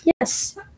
Yes